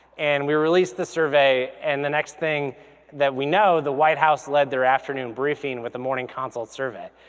and we released the survey and the next thing that we know, the white house led their afternoon briefing with the morning consult survey,